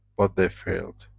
but they failed.